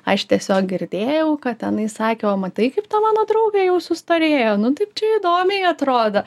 aš tiesiog girdėjau kad tenai sakė o matai kaip ta mano draugė jau sustorėjo nu taip čia įdomiai atrodo